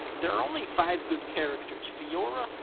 there are only five good characters fiora,